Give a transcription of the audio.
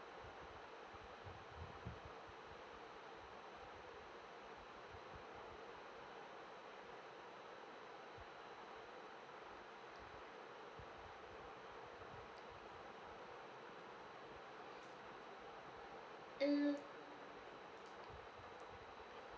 mm